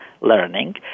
learning